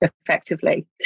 effectively